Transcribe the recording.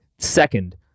Second